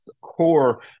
core